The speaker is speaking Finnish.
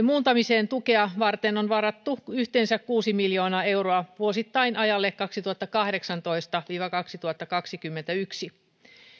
muuntamisen tukea varten on varattu yhteensä kuusi miljoonaa euroa vuosittain ajalle kaksituhattakahdeksantoista viiva kaksituhattakaksikymmentäyksi